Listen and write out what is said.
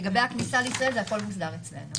לגבי הכניסה לישראל, זה הכול מוסדר אצלנו.